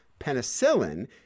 penicillin